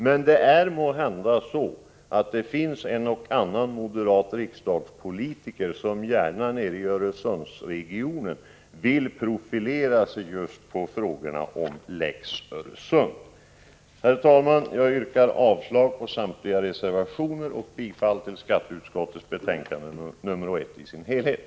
Men det finns måhända en och annan moderat riksdagspolitiker som gärna nere i Öresundsregionen vill profilera sig just i fråga om lex Öresund. Herr talman! Jag yrkar avslag på samtliga reservationer och bifall till skatteutskottets förslag i dess helhet.